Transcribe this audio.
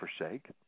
forsake